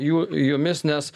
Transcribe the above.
ju jumis nes